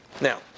Now